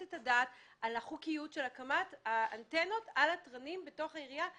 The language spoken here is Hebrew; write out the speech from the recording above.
את הדעת על החוקיות של הקמת האנטנות על תרנים ישנים בעיר.